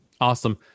Awesome